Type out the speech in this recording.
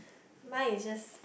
mine is just